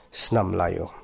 snamlayo